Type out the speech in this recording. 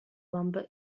lumber